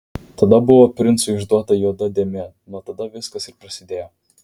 tada buvo princui išduota juoda dėmė nuo tada viskas ir prasidėjo